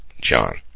John